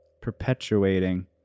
perpetuating